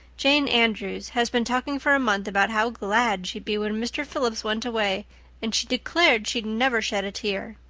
jane andrews has been talking for a month about how glad she'd be when mr. phillips went away and she declared she'd never shed a tear.